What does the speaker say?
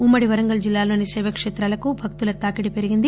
ఉమ్మ డి వరంగల్ జిల్లాలోని శైవక్షేత్రాలకు భక్తుల తాకిడి పెరిగింది